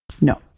No